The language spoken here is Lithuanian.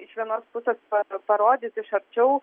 iš vienos pusės pa parodyt iš arčiau